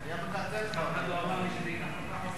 אף אחד לא אמר לי שזה ייקח יותר